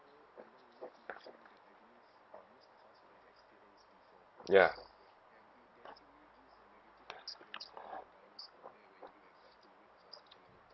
ya